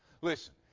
Listen